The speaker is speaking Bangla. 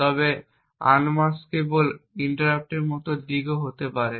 তবে আনমাস্কেবল ইন্টারাপ্টের মতো দিক হতে পারে